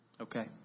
Okay